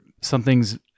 Something's